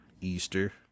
Easter